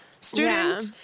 student